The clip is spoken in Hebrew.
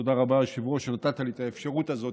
תודה רבה, היושב-ראש, שנתת לי את האפשרות הזאת.